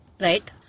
right